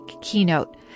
keynote